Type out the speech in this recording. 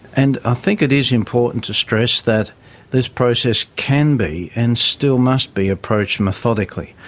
and i think it is important to stress that this process can be and still must be approached methodically.